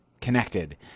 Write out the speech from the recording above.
connected